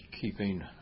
keeping